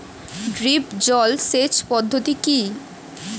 Drip জল সেচ পদ্ধতি কি?